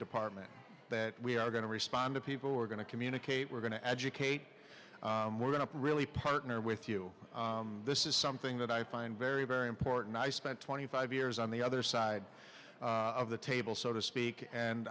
department that we are going to respond to people we're going to communicate we're going to educate we're going to really partner with you this is something that i find very very important i spent twenty five years on the other side of the table so to speak and